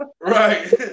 Right